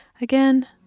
Again